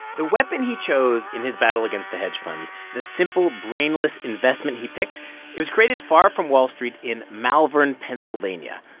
the weapon he chose in his battle against the hedge funds the simple, brainless investment he picked it was created far from wall street in malvern, pa. and yeah